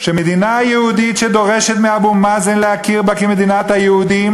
שמדינה יהודית שדורשת מאבו מאזן להכיר בה כמדינת היהודים,